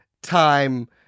Time